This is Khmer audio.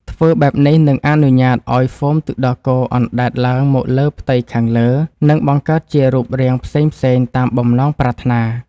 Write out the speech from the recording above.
ធ្វើបែបនេះនឹងអនុញ្ញាតឱ្យហ្វូមទឹកដោះគោអណ្តែតឡើងមកលើផ្ទៃខាងលើ និងបង្កើតជារូបរាងផ្សេងៗតាមបំណងប្រាថ្នា។